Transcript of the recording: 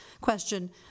question